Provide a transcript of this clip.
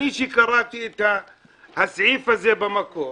כשקראתי את הסעיף הזה במקור